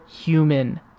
human